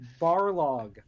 Barlog